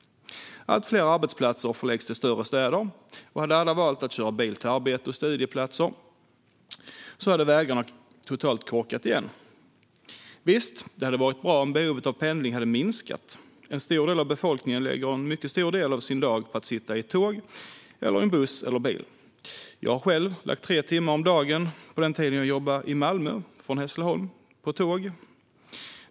Allt fler arbetsplatser förläggs till större städer, och om alla hade valt att köra bil till arbete och studieplatser skulle vägarna ha korkat igen totalt. Visst hade det varit bra om behovet av pendling minskade. En stor del av befolkningen lägger en mycket stor del av sin dag på att sitta på ett tåg eller i en buss eller bil. Jag har själv lagt tre timmar om dagen på att åka tåg från Hässleholm på den tiden jag jobbade i Malmö.